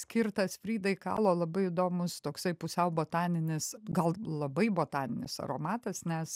skirtas frydai kalo labai įdomus toksai pusiau botaninis gal labai botaninis aromatas nes